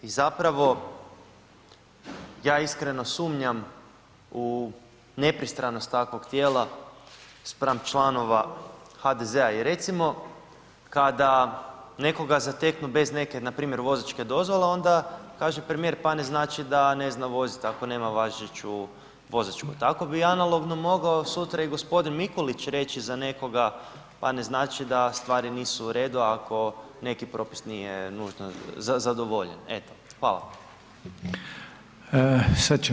I zapravo, ja iskreno sumnjam u nepristranost takvog tijela spram članova HDZ-a i recimo kada nekoga zateknu bez neke, npr. vozačke dozvole, onda kaže premijer, pa ne znači da ne zna vozit ako nema važeću vozačku, tako bi analogno mogao sutra i g. Mikulić reći za nekoga, pa ne znači da stvari nisu u redu ako neki propis nije nužno zadovoljen, eto.